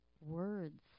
words